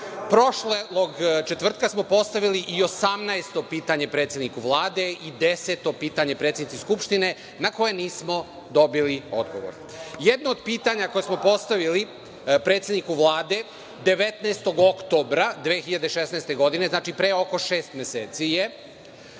Srbije. Prošlog četvrtka smo postavili i 18. pitanje predsedniku Vlade i deseto pitanje predsednici Skupštine na koje nismo dobili odgovor. Jedno pitanje smo postavili predsedniku Vlade 19. oktobra 2016. godine, znači preko oko šest meseci.